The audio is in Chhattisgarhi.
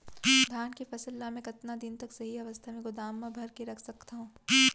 धान के फसल ला मै कतका दिन तक सही अवस्था में गोदाम मा भर के रख सकत हव?